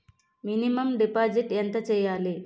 Minimum deposit ఎంత చెయ్యాలి?